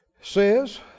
says